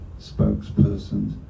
spokespersons